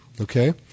okay